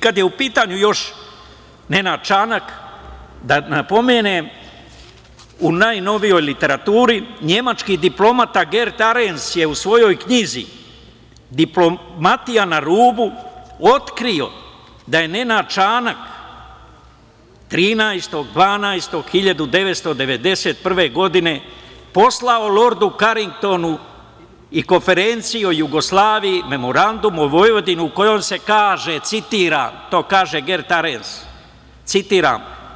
Kada je u pitanju Nenad Čanak, da napomenem, u najnovijoj literaturi, nemački diplomata Gert Arens je u svojoj knjizi "Diplomatija na rubu" otkrio da je Nenad Čanak 13. 12. 1991. godine poslao Lordu Karingtonu i Konferenciji o Jugoslaviji memorandum o Vojvodini, u kojem se kaže, citiram, to kaže Gert Arens,